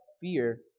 fear